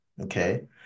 okay